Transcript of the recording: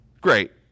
Great